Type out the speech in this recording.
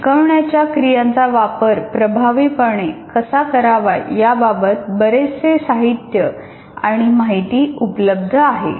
शिकवण्याच्या क्रियांचा वापर प्रभावीपणे कसा करावा याबाबत बरेचसे साहित्य आणि माहिती उपलब्ध आहे